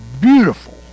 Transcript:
beautiful